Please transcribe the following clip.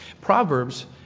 Proverbs